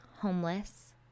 homeless